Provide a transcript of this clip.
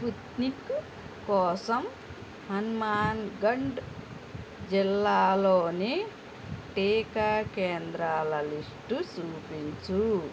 Sputnik కోసం హన్మాన్గండ్ జిల్లాలోని టీకా కేంద్రాల లిస్టు చూపించు